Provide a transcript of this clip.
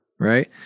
right